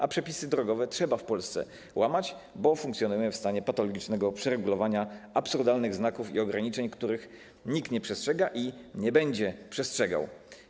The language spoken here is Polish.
A przepisy drogowe trzeba w Polsce łamać, bo funkcjonujemy w stanie patologicznego przeregulowania, absurdalnych znaków i ograniczeń, których nikt nie przestrzega i nie będzie przestrzegał.